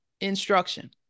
instruction